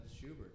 Schubert